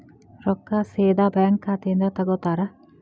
ರೊಕ್ಕಾ ಸೇದಾ ಬ್ಯಾಂಕ್ ಖಾತೆಯಿಂದ ತಗೋತಾರಾ?